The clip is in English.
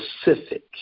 specific